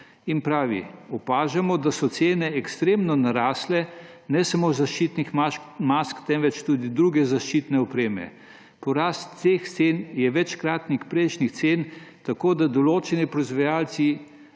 In pravi, opažamo, da so cene ekstremno narasle, ne samo zaščitnih mask, temveč tudi druge zaščitne opreme. Porast teh cen je večkratnih prejšnjih cen, tako da določeni proizvajalci